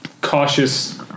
cautious